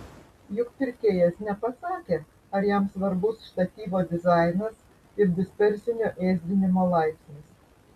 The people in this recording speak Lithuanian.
juk pirkėjas nepasakė ar jam svarbus štatyvo dizainas ir dispersinio ėsdinimo laipsnis